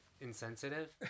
insensitive